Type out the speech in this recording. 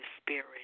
Spirit